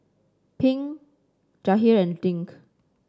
Pink Jahir and Dink